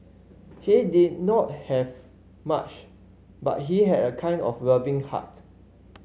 he did not have much but he had a kind of loving heart